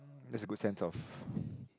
that's a good sense of